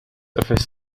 office